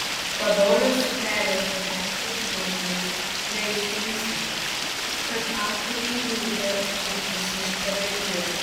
padorios suknelės tokiam pilvūzui neišrinksi tad aktorei reikia suktis iš padėties